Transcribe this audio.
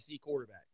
quarterback